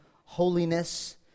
holiness